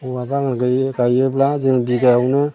औवा बागान गायोब्ला जों बिगायावनो